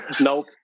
Nope